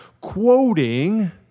quoting